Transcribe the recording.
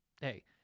Hey